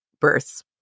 births